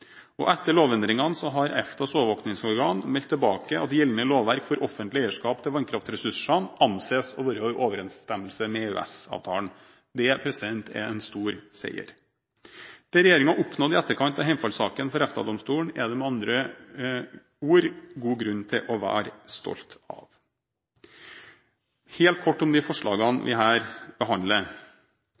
Etter lovendringene har EFTAs overvåkingsorgan meldt tilbake at gjeldende lovverk for offentlig eierskap til vannkraftressursene anses å være i overensstemmelse med EØS-avtalen. Det er en stor seier. Det regjeringen oppnådde i etterkant av hjemfallssaken for EFTA-domstolen, er det med andre ord god grunn til å være stolt av. Helt kort om de forslagene vi her behandler: